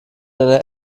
einer